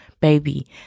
baby